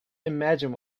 imagine